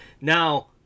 Now